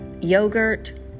yogurt